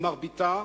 ומרביתה,